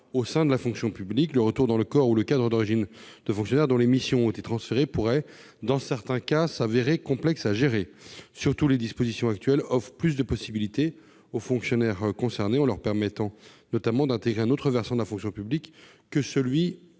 au sein de la fonction publique. Le retour dans le corps ou le cadre d'origine de fonctionnaires dont les missions ont été transférées pourrait dans certains cas se révéler complexe à gérer. Surtout, les dispositions en vigueur offrent plus de possibilités aux fonctionnaires concernés, en leur permettant notamment d'intégrer un autre versant de la fonction publique que celui